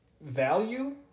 Value